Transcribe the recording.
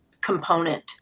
component